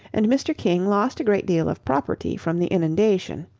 and mr. king lost a great deal of property from the inundation,